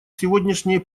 сегодняшние